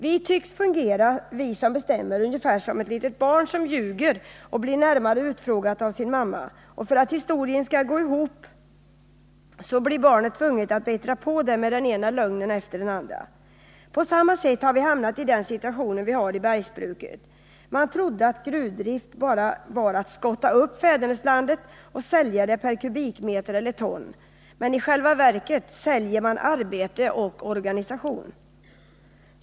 Vi som bestämmer tycks fungera ungefär som ett litet barn som ljuger och blir närmare utfrågat av sin mamma. För att historien skall gå ihop blir barnet tvunget att bättra på med den ena lögnen efter den andra. På samma sätt har vi hamnat i den situation vi har i bergsbruket. Man trodde att gruvdrift bara var att skotta upp fäderneslandet och sälja det per kubikmeter eller per ton. Men i själva verket säljer man arbete och organisation.